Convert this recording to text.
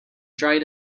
dried